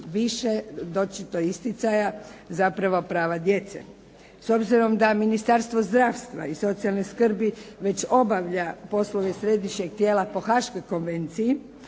više doći do isticaja zapravo prava djece. S obzirom da Ministarstvo zdravstva i socijalne skrbi već obavlja poslove Središnjeg tijela po haškoj Konvenciji